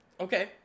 Okay